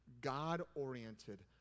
God-oriented